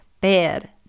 bad